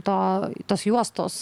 to tos juostos